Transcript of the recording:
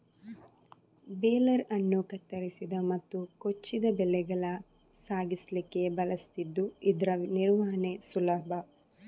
baler ಅನ್ನು ಕತ್ತರಿಸಿದ ಮತ್ತು ಕೊಚ್ಚಿದ ಬೆಳೆಗಳ ಸಾಗಿಸ್ಲಿಕ್ಕೆ ಬಳಸ್ತಿದ್ದು ಇದ್ರ ನಿರ್ವಹಣೆ ಸುಲಭ